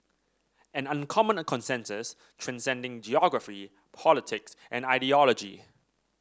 an uncommon consensus transcending geography politics and ideology